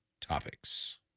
topics